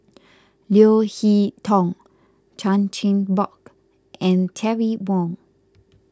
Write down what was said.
Leo Hee Tong Chan Chin Bock and Terry Wong